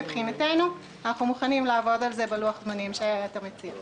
מבחינתנו אנחנו מוכנים לעבוד על זה בלוח הזמנים שאתה מציע.